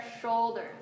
shoulders